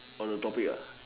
on the topic